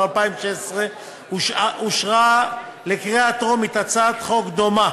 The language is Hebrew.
2016 אושרה לקריאה טרומית הצעת חוק דומה